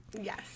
Yes